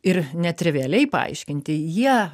ir ne trivialiai paaiškinti jie